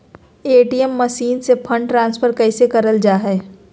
ATM machine से fund transfer कैसे करल जा है?